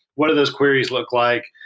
what are those queries look like?